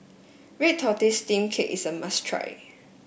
Red Tortoise Steamed Cake is a must try